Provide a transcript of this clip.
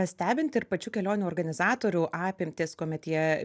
stebint ir pačių kelionių organizatorių apimtis kuomet jie